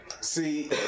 see